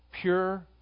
Pure